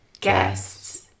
guests